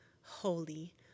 holy